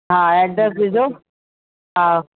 हा एड्रेस विझो हा